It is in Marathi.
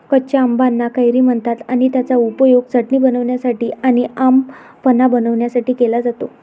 कच्या आंबाना कैरी म्हणतात आणि त्याचा उपयोग चटणी बनवण्यासाठी आणी आम पन्हा बनवण्यासाठी केला जातो